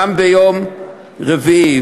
גם ביום רביעי,